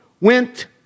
went